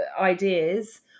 ideas